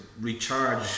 recharge